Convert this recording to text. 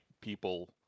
people